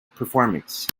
performance